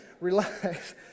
Relax